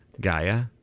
Gaia